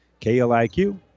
KLIQ